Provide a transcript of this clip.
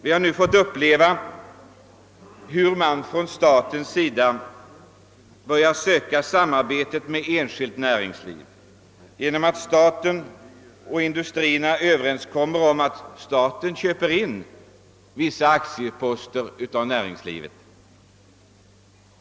Vi upplever nu hur staten börjar söka samarbete med enskilt näringsliv; staten och industrierna kommer överens om att staten skall köpa in vissa aktieposter av näringslivet.